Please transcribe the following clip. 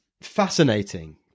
fascinating